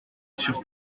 sur